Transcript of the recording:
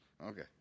Okay